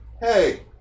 hey